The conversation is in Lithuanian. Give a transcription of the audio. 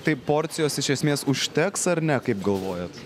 tai porcijos iš esmės užteks ar ne kaip galvojat